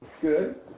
Good